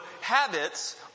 habits